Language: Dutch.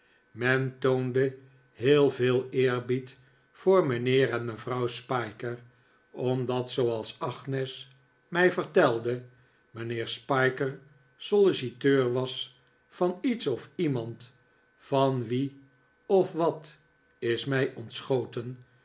men toonde heel veel eerbied voor mijnheer eh mevrouw spiker omdat zooals agnes mij vertelde mijnheer spiker solliciteur was van iets of iemand van wien of wat is mij ontschoten